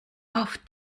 auf